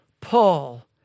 Paul